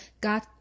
God